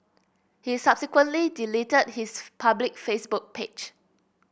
he subsequently deleted his public Facebook page